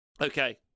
Okay